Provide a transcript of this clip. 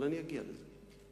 אבל אני אגיע לזה.